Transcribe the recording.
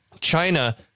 China